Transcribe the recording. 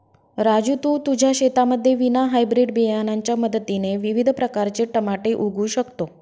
राजू तू तुझ्या शेतामध्ये विना हायब्रीड बियाणांच्या मदतीने विविध प्रकारचे टमाटे उगवू शकतो